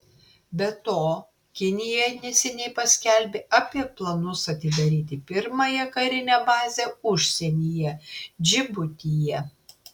be to kinija neseniai paskelbė apie planus atidaryti pirmąją karinę bazę užsienyje džibutyje